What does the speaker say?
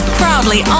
proudly